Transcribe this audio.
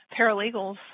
paralegals